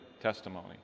testimony